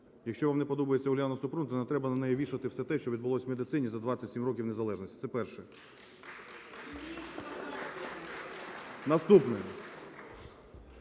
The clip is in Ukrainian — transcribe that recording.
Якщо вам не подобається Уляна Супрун, то не треба на неї вішати все те, що відбулось у медицині за 27 років незалежності. Це перше. (Оплески)